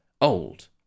old